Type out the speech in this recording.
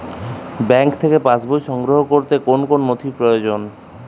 Bank থেকে pass বই সংগ্রহ করতে কোন কোন নথি প্রয়োজন?